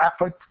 effort